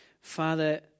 Father